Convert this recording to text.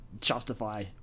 justify